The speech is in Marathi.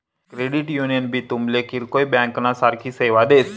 क्रेडिट युनियन भी तुमले किरकोय ब्यांकना सारखी सेवा देस